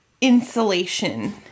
insulation